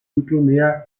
mittelmeer